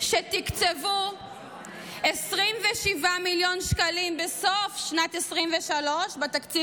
שתקצבו 27 מיליון שקלים בסוף שנת 2023 בתקציב